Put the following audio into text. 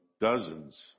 dozens